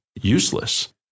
useless